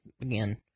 again